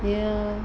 ya